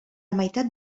meitat